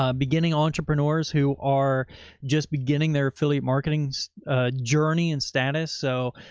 um beginning entrepreneurs who are just beginning their affiliate marketing journey and status. so,